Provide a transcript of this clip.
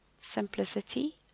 simplicity